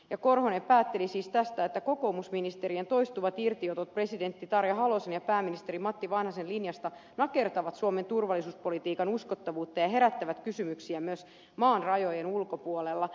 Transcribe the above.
ja korhonen päätteli siis tästä että kokoomusministerien toistuvat irtiotot presidentti tarja halosen ja pääministeri matti vanhasen linjasta nakertavat suomen turvallisuuspolitiikan uskottavuutta ja herättävät kysymyksiä myös maan rajojen ulkopuolella